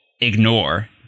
ignore